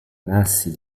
nasi